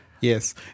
Yes